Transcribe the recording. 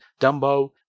dumbo